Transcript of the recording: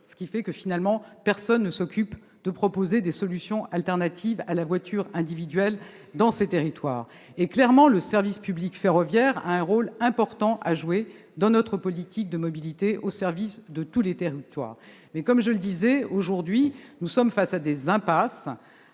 mobilité : par conséquent, personne ne s'occupe de proposer des solutions alternatives à la voiture individuelle dans ces territoires. C'est vrai ! Le service public ferroviaire a clairement un rôle important à jouer dans notre politique de mobilité au service de tous les territoires. Mais, comme je le disais, aujourd'hui, nous sommes face à des impasses,